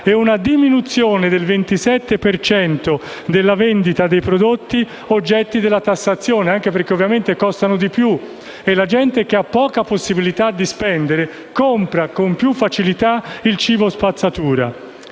una diminuzione del 27 per cento della vendita dei prodotti oggetto della tassazione che così costano di più (la gente che ha poche possibilità di spendere compra con più facilità il cibo spazzatura).